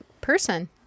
person